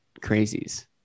crazies